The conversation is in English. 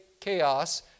chaos